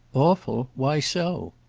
awful? why so?